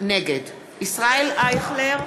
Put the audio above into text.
נגד ישראל אייכלר,